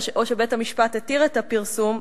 או שבית-המשפט התיר את הפרסום,